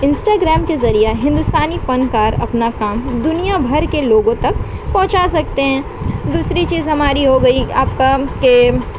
Instagram کے ذریعہ ہندوستانی فنکار اپنا کام دنیا بھر کے لوگوں تک پہنچا سکتے ہیں دوسری چیز ہماری ہو گئی آپ کا کہ